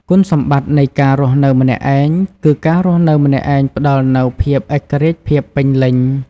គុណសម្បត្តិនៃការរស់នៅម្នាក់ឯងគឺ ការរស់នៅម្នាក់ឯងផ្ដល់នូវភាពឯករាជ្យភាពពេញលេញ។